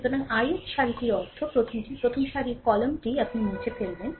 সুতরাং ith সারিটির অর্থ প্রথমটি প্রথম সারির কলামটি আপনি মুছে ফেলবেন